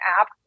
app